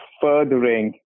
furthering